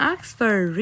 Oxford